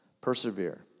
Persevere